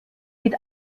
mit